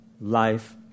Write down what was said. life